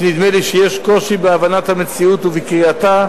נדמה לי שיש קושי בהבנת המציאות ובקריאתה.